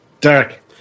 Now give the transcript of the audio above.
Derek